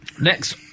next